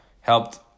Helped